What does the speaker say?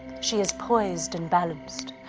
she is poised and balanced.